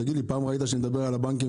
תגיד לי, פעם ראית שאני מדבר על הבנקים?